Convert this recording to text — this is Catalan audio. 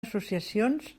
associacions